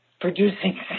producing